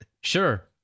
Sure